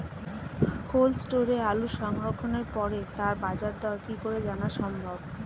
Cold স্টোরে আলু সংরক্ষণের পরে তার বাজারদর কি করে জানা সম্ভব?